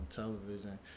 television